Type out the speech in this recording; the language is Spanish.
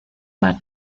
par